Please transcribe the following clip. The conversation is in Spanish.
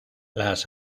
las